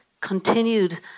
continued